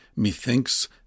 Methinks